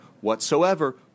whatsoever